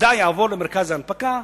המידע יועבר למרכז ההנפקה,